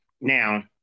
now